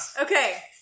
Okay